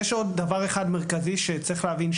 יש עוד דבר אחד מרכזי שצריך להבין,